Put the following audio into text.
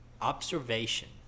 observation